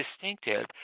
distinctive